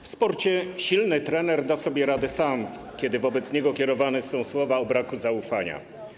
W sporcie silny trener da sobie radę sam, kiedy wobec niego kierowane są słowa o braku zaufania.